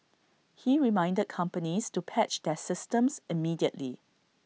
he reminded companies to patch their systems immediately